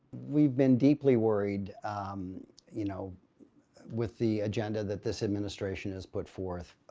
we've been deeply worried you know with the agenda that this administration has put forth.